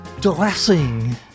Dressing